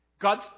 God